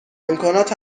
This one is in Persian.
امکانات